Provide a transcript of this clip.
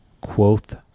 Quoth